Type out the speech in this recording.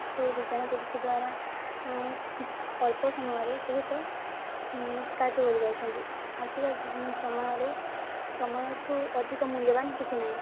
ସେ ବିଜ୍ଞାନ ପ୍ରଯୁକ୍ତି ଦ୍ୱାରା ଅଳ୍ପ ସମୟରେ ବହୁତ କାର୍ଯ୍ୟ କରିପାରୁଛନ୍ତି ଆଜିକା ସମୟରେ ସମୟଠୁ ଅଧିକ ମୂଲ୍ୟବାନ କିଛି ନାହିଁ